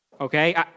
Okay